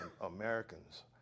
americans